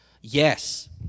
Yes